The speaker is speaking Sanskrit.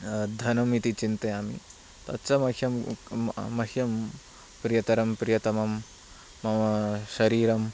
धनम् इति चिन्तयामि तच्च मह्यं मह्यं प्रियतरं प्रियतमं मम शरीरं